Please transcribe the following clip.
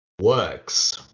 works